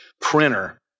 printer